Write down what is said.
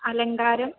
अलङ्गारं